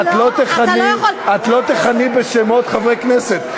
את לא תדברי בצורה כזאת.